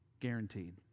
guaranteed